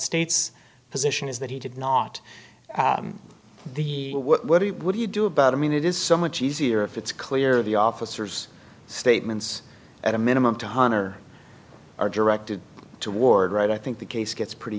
states position is that he did not the what he would you do about i mean it is so much easier if it's clear the officers statements at a minimum to hunter are directed toward right i think the case gets pretty